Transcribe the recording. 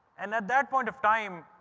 and at that point of time,